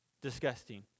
Disgusting